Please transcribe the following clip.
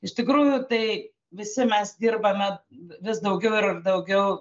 iš tikrųjų tai visi mes dirbame vis daugiau ir daugiau